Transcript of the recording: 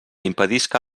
impedisca